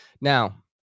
Now